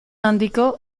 handiko